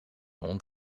hond